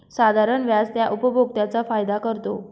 साधारण व्याज त्या उपभोक्त्यांचा फायदा करतो